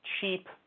cheap